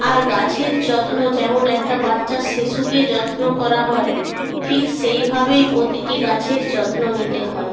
আর গাছের যত্ন যেমন একটা বাচ্চার শিশুকে যত্ন করা হয় ঠিক সেইভাবেই প্রতিটি গাছের যত্ন নিতে হয়